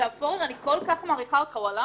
עכשיו, פורר, אני כל כך מעריכה אותך, הוא הלך?